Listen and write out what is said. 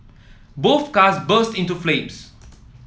both cars burst into flames